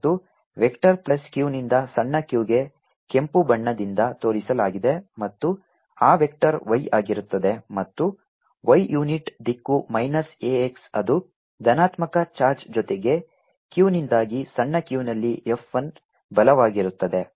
ಮತ್ತು vector plus Q ನಿಂದ ಸಣ್ಣ q ಗೆ ಕೆಂಪು ಬಣ್ಣದಿಂದ ತೋರಿಸಲಾಗಿದೆ ಮತ್ತು ಆ ವೆಕ್ಟರ್ y ಆಗಿರುತ್ತದೆ ಮತ್ತು y ಯುನಿಟ್ ದಿಕ್ಕು ಮೈನಸ್ a x ಅದು ಧನಾತ್ಮಕ ಚಾರ್ಜ್ ಜೊತೆಗೆ Q ನಿಂದಾಗಿ ಸಣ್ಣ q ನಲ್ಲಿ F 1 ಬಲವಾಗಿರುತ್ತದೆ